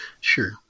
Sure